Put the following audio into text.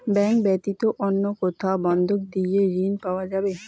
Bank ব্যাতীত অন্য কোথায় বন্ধক দিয়ে ঋন পাওয়া যাবে?